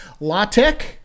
LaTex